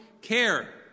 care